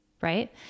right